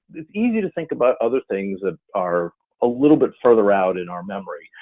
it's easy to think about other things that are a little bit further out in our memory,